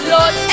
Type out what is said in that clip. Lord